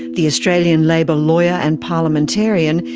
the australian labor lawyer and parliamentarian,